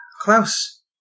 Klaus